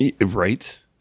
Right